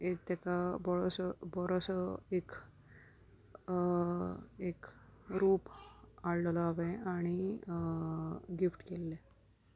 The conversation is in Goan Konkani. एक तेका बरोसो बरोसो एक एक रूप हाडलेलो हांवें आनी गिफ्ट केल्ले